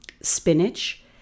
spinach